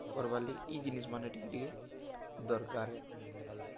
କର୍ବାର୍ ଲାଗି ଇ ଜିନିଷ୍ମାନେ ଟିକେ ଟିକେ ଦର୍କାର୍ ଆଏ